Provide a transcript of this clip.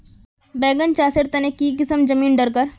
बैगन चासेर तने की किसम जमीन डरकर?